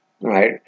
right